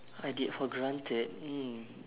I did for granted mm